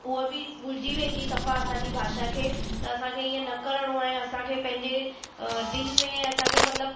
हूअ बि भुलिजी वेंदी सफ़ा असांजी भाषा खे त असांखे इहो न करिणो आहे असांखे पंहिंजे दिलि में असांखे मतलबु